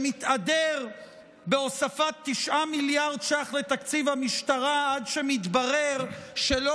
שמתהדר בהוספת 9 מיליארד שקלים לתקציב המשטרה עד שמתברר שלא